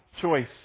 choice